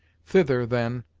thither, then,